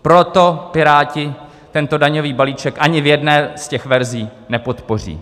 Proto Piráti tento daňový balíček ani v jedné z těch verzí nepodpoří.